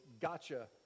gotcha